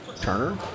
Turner